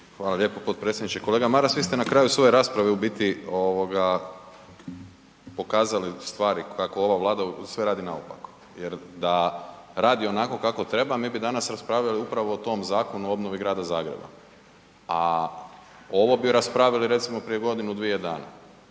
Hvala lijepo potpredsjedniče. Kolega Maras, vi ste na kraju svoje rasprave u biti pokazali stvari kako ova Vlada sve radi naopako jer da radi onako kako treba, mi bi danas raspravljali upravo o tom zakon, o obnovi grada Zagreba. A ovo bi raspravili recimo prije godinu-dvije dana.